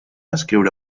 escriure